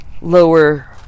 lower